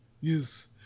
Yes